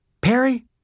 Perry